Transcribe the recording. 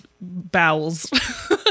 bowels